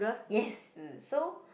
yes mm so